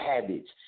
habits